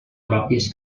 pròpies